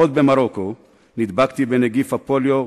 עוד במרוקו נדבקתי בנגיף הפוליו,